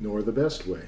nor the best way